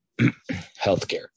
healthcare